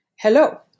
Hello